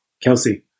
Kelsey